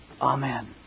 amen